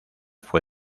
fue